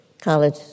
college